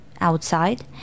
outside